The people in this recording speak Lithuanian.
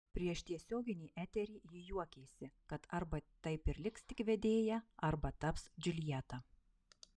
prieš tiesioginį eterį ji juokėsi kad arba taip ir liks tik vedėja arba taps džiuljeta